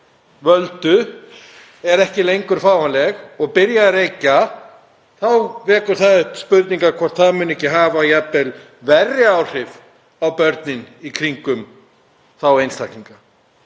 völdu er ekki lengur fáanleg og byrja að reykja, þá vekur það upp spurningar um hvort það muni ekki hafa jafnvel verri áhrif á börnin í kringum þá einstaklinga.